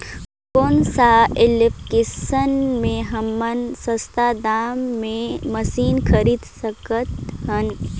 कौन सा एप्लिकेशन मे हमन सस्ता दाम मे मशीन खरीद सकत हन?